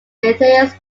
interiors